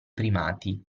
primati